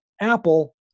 Apple